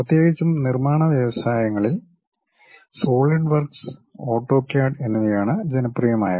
പ്രത്യേകിച്ചും നിർമ്മാണ വ്യവസായങ്ങളിൽ സോളിഡ് വർക്ക്സ് ഓട്ടോക്യാഡ് എന്നിവയാണ് ജനപ്രിയമായവ